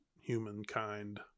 humankind